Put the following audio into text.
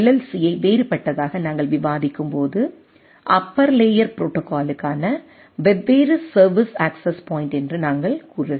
சியை வேறுபட்டதாக நாங்கள் விவாதிக்கும்போது அப்பர் லேயர் ப்ரோடோகாலுக்கான வெவ்வேறு சர்வீஸ் அக்சஸ் பாயிண்ட் என்று நாங்கள் கூறுகிறோம்